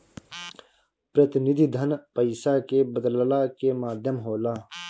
प्रतिनिधि धन पईसा के बदलला के माध्यम होला